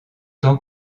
tant